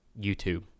youtube